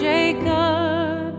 Jacob